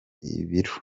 ibiro